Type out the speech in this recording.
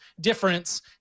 difference